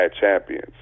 Champions